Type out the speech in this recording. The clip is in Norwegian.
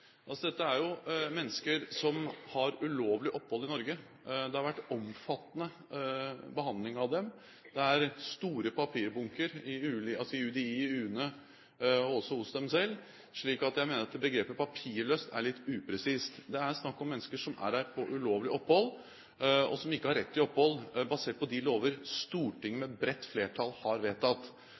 Dette er jo mennesker som har ulovlig opphold i Norge. Det har vært omfattende behandling av dem. Det er store papirbunker i UDI, i UNE og også hos dem selv, slik at jeg mener at begrepet «papirløse» er litt upresist. Det er snakk om mennesker som er her på ulovlig opphold, og som ikke har rett til opphold basert på de lover Stortinget med bredt flertall har vedtatt.